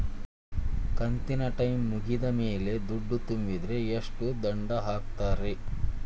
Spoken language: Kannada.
ಕಂತಿನ ಟೈಮ್ ಮುಗಿದ ಮ್ಯಾಲ್ ದುಡ್ಡು ತುಂಬಿದ್ರ, ಎಷ್ಟ ದಂಡ ಹಾಕ್ತೇರಿ?